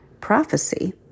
prophecy